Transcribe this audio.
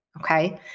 Okay